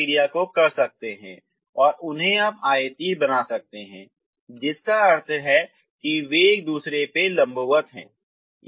आप इस प्रक्रिया को कर सकते हैं और आप उन्हें आयतीय बना सकते हैं जिसका अर्थ है कि वे एक दूसरे के लंबवत हैं